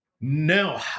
No